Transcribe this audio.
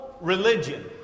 religion